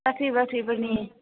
साख्रि बाख्रिफोरनि